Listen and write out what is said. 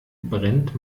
brennt